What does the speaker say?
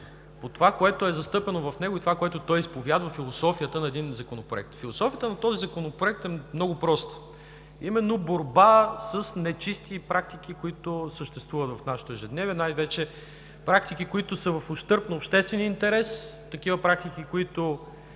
по това, което е застъпено в него и това, което той изповядва, гласува се философията на един законопроект. Философията на този Законопроект е много проста, а именно борба с нечисти практики, които съществуват в нашето ежедневие и най-вече практики, които са в ущърб на обществения интерес, такива практики, които